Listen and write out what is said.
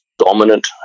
dominant